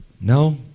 no